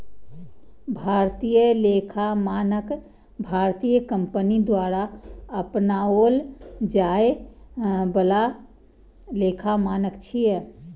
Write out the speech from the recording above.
भारतीय लेखा मानक भारतीय कंपनी द्वारा अपनाओल जाए बला लेखा मानक छियै